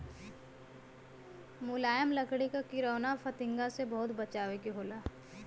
मुलायम लकड़ी क किरौना फतिंगा से बहुत बचावे के होला